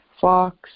Fox